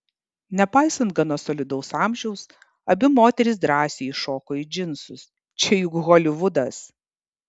nepaisant gana solidaus amžiaus abi moterys drąsiai įšoko į džinsus čia juk holivudas